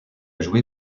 joué